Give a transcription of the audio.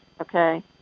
okay